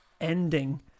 ending